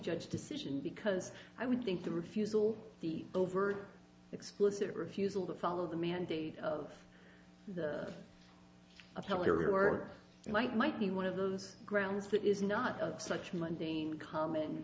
judge decision because i would think the refusal the overt explicit refusal to follow the mandate of the a tell your might might be one of those grounds that is not such mundane common